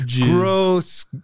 Gross